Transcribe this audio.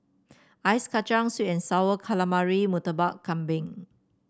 Ice Kachang sweet and sour calamari Murtabak Kambing